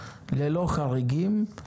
ללא חריגים.